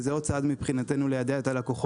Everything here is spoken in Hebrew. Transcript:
וזה עוד צעד מבחינתנו ליידע את הלקוחות